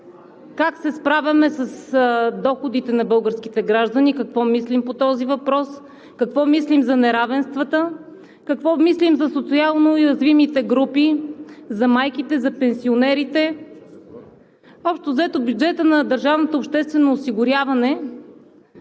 как се справяме с доходите на българските граждани, какво мислим по този въпрос, какво мислим за неравенствата, какво мислим за социално-уязвимите групи, за майките, за пенсионерите. Общо взето бюджетът на